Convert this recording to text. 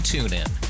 TuneIn